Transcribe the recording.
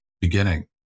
beginning